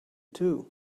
too